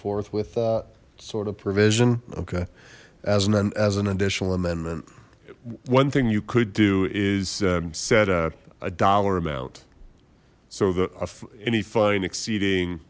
forth with that sort of provision okay asma as an additional amendment one thing you could do is set up a dollar amount so the any fine exceeding